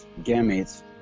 gametes